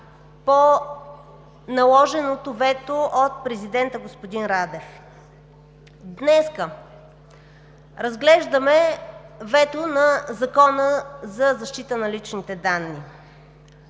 по наложеното вето от президента господин Радев. Днес разглеждаме вето на Закона за защита на личните данни.